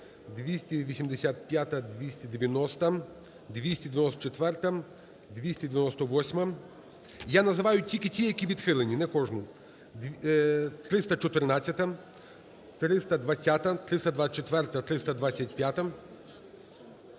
285-а, 290-а, 294-а, 298-а. Я називаю тільки ті, які відхилені, не кожну. 314-а, 320-а, 324-а, 325-а.